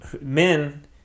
men